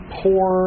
poor